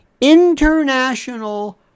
international